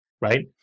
right